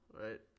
right